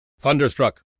Thunderstruck